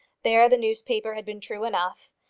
there the newspaper had been true enough.